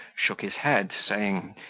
shook his head, saying,